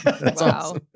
Wow